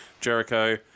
Jericho